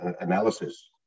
analysis